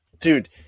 dude